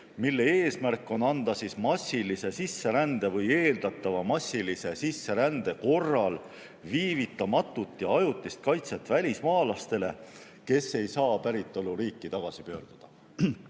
mille eesmärk on anda massilise sisserände või eeldatava massilise sisserände korral viivitamatut ja ajutist kaitset välismaalastele, kes ei saa päritoluriiki tagasi pöörduda.